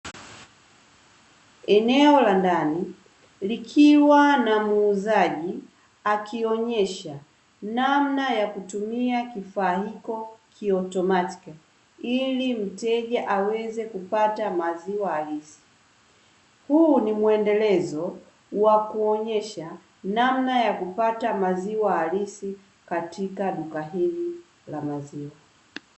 Eneo la ndani likiwa na muuzaji akionyesha namna ya kutumia kifaa hiko kiautomatikali ili mteja aweze kupata maziwa halisi, huu ni muendelezo wa kuonyesha namna ya kupata maziwa halisi katika duka hili la maziwa.